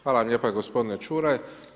Hvala vam lijepo gospodine Čuraj.